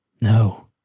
No